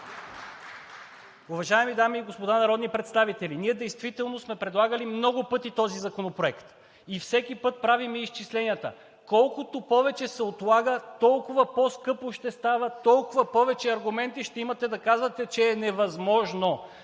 Уважаеми дами и господа народни представители, ние действително сме предлагали много пъти този законопроект и всеки път правим изчисленията. Колкото повече се отлага, толкова по-скъпо ще става, толкова повече аргументи ще имате да казвате, че е невъзможно,